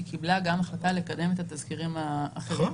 היא קיבלה גם החלטה לקדם את התזכירים האחרים.